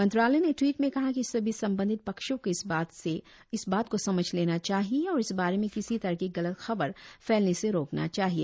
मंत्रालय ने ट्वीट में कहा है कि सभी संबंधित पक्षों को इस बात को समझ लेना चाहिए और इस बारे में किसी तरह की गलत खबर फैलने से रोकना चाहिए